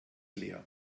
leer